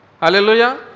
Hallelujah